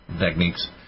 techniques